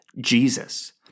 Jesus